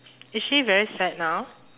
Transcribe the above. is she very sad now